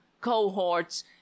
cohorts